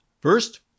First